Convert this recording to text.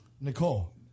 Nicole